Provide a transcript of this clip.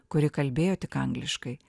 kuri kalbėjo tik angliškai